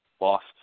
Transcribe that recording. lost